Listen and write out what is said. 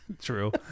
True